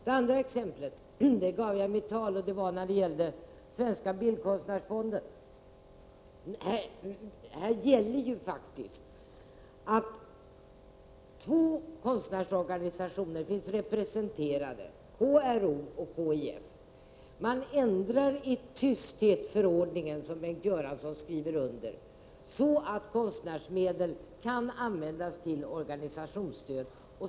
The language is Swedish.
Det andra exemplet jag gav i mitt anförande gällde Svenska bildkonstnärsfonden. Här gäller faktiskt att två konstnärsorganisationer finns representerade — KRO och KIF. Man ändrar i tysthet förordningen, som Bengt Göransson skriver under, så att konstnärsmedel kan användas till organisationsstöd.